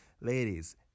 Ladies